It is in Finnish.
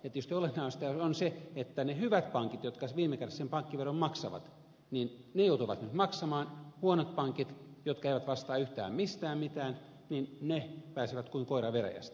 tietysti olennaista on se että ne hyvät pankit jotka viime kädessä sen pankkiveron maksavat joutuvat nyt maksaman huonot pankit jotka eivät vastaa yhtään mistään mitään ja pääsevät kuin koira veräjästä